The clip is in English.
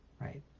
right